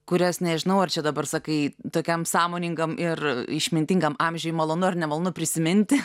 kurias nežinau ar čia dabar sakai tokiam sąmoningam ir išmintingam amžiui malonu ar nemalonu prisiminti